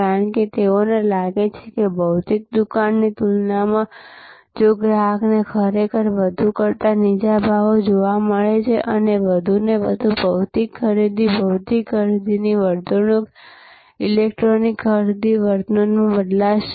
કારણ કે તેઓને લાગે છે કે ભૌતિક દુકાનની તુલનામાં જો ગ્રાહકોને ખરેખર વધુ કરતાં નીચા ભાવો જોવા મળે છે અને વધુને વધુ ભૌતિક ખરીદી ભૌતિક ખરીદીની વર્તણૂકથી ઇલેક્ટ્રોનિક ખરીદી વર્તનમાં બદલાશે